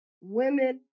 women